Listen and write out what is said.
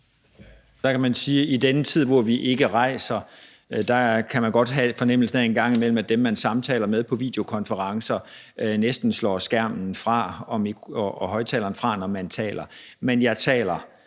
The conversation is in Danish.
i denne tid, hvor vi ikke rejser, en gang imellem godt kan have fornemmelsen af, at dem, man samtaler med på videokonferencer, nærmest slår skærmen og højtaleren fra, når man taler. Men jeg taler,